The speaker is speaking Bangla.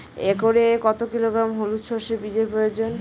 একরে কত কিলোগ্রাম হলুদ সরষে বীজের প্রয়োজন?